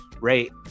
rate